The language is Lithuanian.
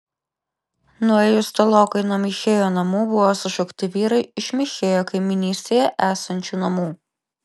nuėjus tolokai nuo michėjo namų buvo sušaukti vyrai iš michėjo kaimynystėje esančių namų